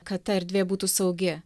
kad ta erdvė būtų saugi